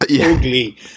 ugly